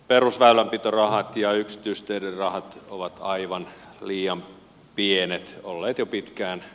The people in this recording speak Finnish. perusväylänpitorahat ja yksityisteiden rahat ovat aivan liian pienet olleet jo pitkään